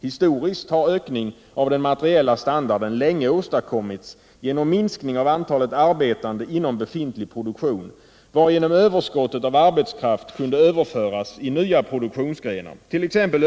Historiskt har ökning av den materiella standarden länge åstadkommits genom minskning av antalet arbetande inom befintlig produktion, varigenom överskottet av arbetskraft kunnat överföras i nya produktionsgrenar,t.ex.